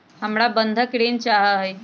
हमरा बंधक ऋण चाहा हई